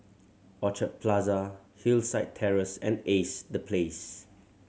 Orchard Plaza Hillside Terrace and Ace The Place